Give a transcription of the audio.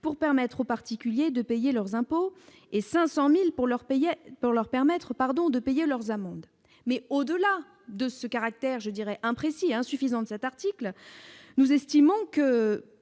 pour permettre aux particuliers de payer leurs impôts et 500 000 pour leur permettre de payer leurs amendes. Au-delà du caractère imprécis et insuffisant de cet article, nous estimons qu'il